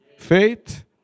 Faith